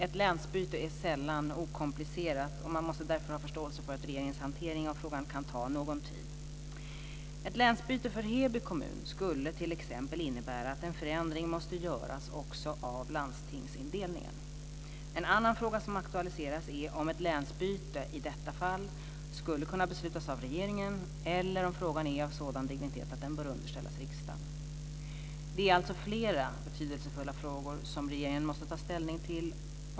Ett länsbyte är sällan okomplicerat och man måste därför ha förståelse för att regeringens hantering av frågan kan ta någon tid. Ett länsbyte för Heby kommun skulle t.ex. innebära att en förändring måste göras också av landstingsindelningen. En annan fråga som aktualiseras är om ett länsbyte i detta fall skulle kunna beslutas av regeringen eller om frågan är av sådan dignitet att den bör underställas riksdagen. Det är alltså flera betydelsefulla frågor som regeringen måste ta ställning till.